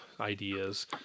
ideas